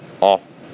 off